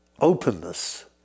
openness